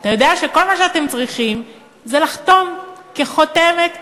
אתה יודע שכל מה שאתם צריכים זה לחתום כחותמת גומי,